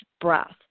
breath